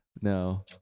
No